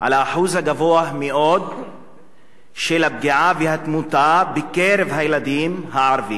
על האחוז הגבוה מאוד של הפגיעה והתמותה בקרב הילדים הערבים.